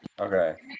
okay